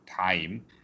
time